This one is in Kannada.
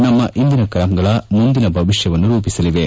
ನಮ್ನ ಇಂದಿನ ಕ್ರಮಗಳು ಮುಂದಿನ ಭವಿಷ್ಟವನ್ನು ರೂಪಿಸಲಿವೆ